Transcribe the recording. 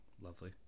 lovely